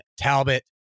Talbot